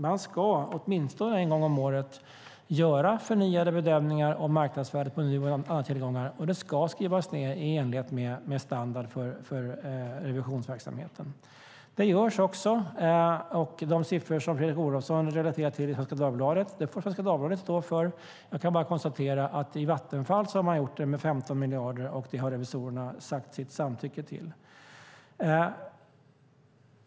Man ska åtminstone en gång om året göra förnyade bedömningar av marknadsvärdet på Nuons alla tillgångar, och det ska skrivas ned i enlighet med standarden för revisionsverksamheten. Det görs också. De siffror som Fredrik Olovsson refererar till i Svenska Dagbladet får Svenska Dagbladet stå för. Jag kan bara konstatera att i Vattenfall har man gjort det med 15 miljarder, och det har revisorerna uttryckt sitt samtycke till.